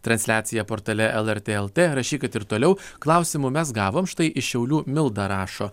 transliacija portale lrt lt rašykit kad ir toliau klausimų mes gavom štai iš šiaulių milda rašo